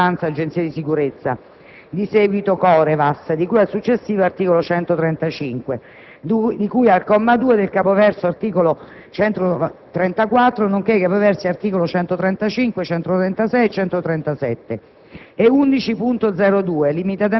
rilasciato dal Comitato regionale di vigilanza agenzie di sicurezza, di seguito Corevas di cui al successivo art. 135" di cui al comma 2 del capoverso "art. 134", nonché ai capoversi "art. 135, 136 e 137")